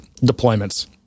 deployments